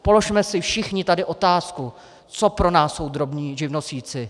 Položme si všichni tady otázku, co pro nás jsou drobní živnostníci.